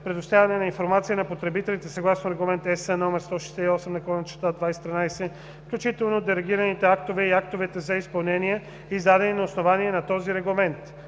предоставянето на информация на потребителите съгласно Регламент (ЕС) № 168/2013, включително делегираните актове и актовете за изпълнение, издадени на основание на този регламент;